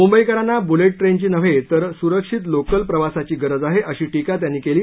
मुंबईकरांना बुलेट ट्रेनची नव्हे तर सुरक्षित लोकल प्रवासाची गरज आहे अशी टीका त्यांनी केली